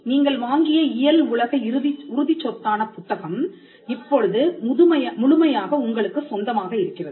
நீங்கள் வாங்கிய இயல் உலக உறுதிச் சொத்தான புத்தகம் இப்போது முழுமையாக உங்களுக்குச் சொந்தமாக இருக்கிறது